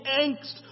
angst